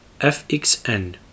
FXN